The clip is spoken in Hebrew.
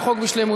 על החוק בשלמותו.